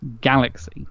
galaxy